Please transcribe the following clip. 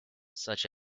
such